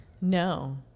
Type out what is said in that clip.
no